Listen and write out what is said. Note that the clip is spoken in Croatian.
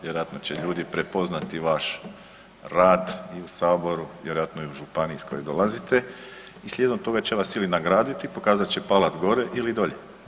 Vjerojatno će ljudi prepoznati vaš rad i u Saboru, vjerojatno i u županiji iz koje dolazite i slijedom toga će vas ili nagraditi, pokazat će palac gore ili dolje.